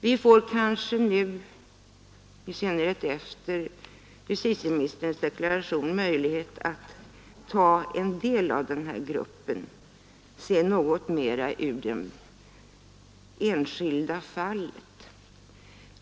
Vi får kanske nu — i synnerhet efter justitieministerns deklaration — möjlighet att i fråga om en del av den här gruppen se något mer till det enskilda fallet.